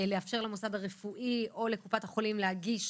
הם התמודדו גם בתקופת הקורונה כשהיה צריך לאכוף